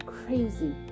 crazy